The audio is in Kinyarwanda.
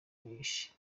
ahishe